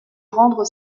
rendre